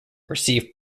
receive